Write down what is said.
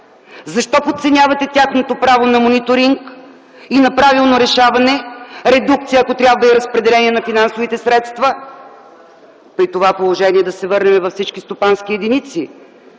Защо подценявате тяхното право на мониторинг и на правилно решаване, ако трябва редукция и разпределение на финансовите средства? При това положение да се върнем във всички стопански единици